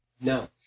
No